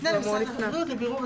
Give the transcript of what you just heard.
ויפנה למשרד הבריאות לבירור".